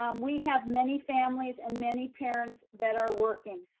um we have many families and many parents that are working.